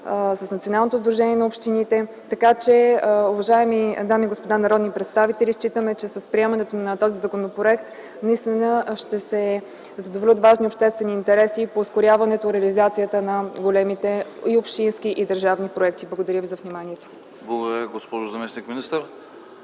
с Националното сдружение на общините. Уважаеми дами и господа народни представители, считаме, че с приемането на този законопроект наистина ще се задоволят важни обществени интереси по ускоряването и реализацията на големите общински и държавни проекти. Благодаря ви за вниманието. ПРЕДСЕДАТЕЛ АНАСТАС